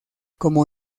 como